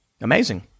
Amazing